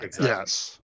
yes